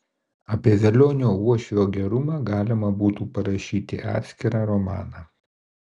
apie velionio uošvio gerumą galima būtų parašyti atskirą romaną